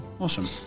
Awesome